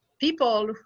People